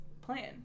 plan